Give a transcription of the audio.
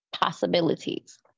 possibilities